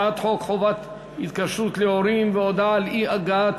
הצעת חוק חובת התקשרות להורים והודעה על אי-הגעת